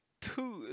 Two